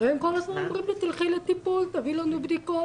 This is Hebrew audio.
והם כל הזמן אומרים לי 'תלכי לטיפול תביאי לנו בדיקות,